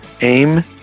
Aim